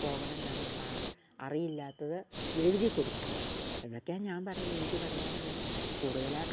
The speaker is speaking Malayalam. പോകണമെന്നാണ് അറിയില്ലാത്തത് എഴുതി കൊടുക്കാൻ ഇതൊക്കെയാണ് ഞാൻ പറയുക എനിക്ക് പറയാനുള്ളത് കൂടുതലായിട്ടും